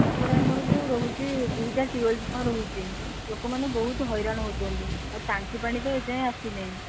ତା'ପରେ ଆମର ଯେଉଁ ରହୁଛି ଦୁଇଟା ଟ୍ୟୁବୱେଲ୍ କ'ଣ ରହିଛି ଲୋକମାନେ ବହୁତ ହଇରାଣ ହେଉଛନ୍ତି ଆଉ ଟାଙ୍କିପାଣି ତ ଏଯାଏଁ ଆସିନି